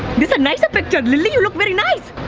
this a nicer picture. lilly, you look very nice.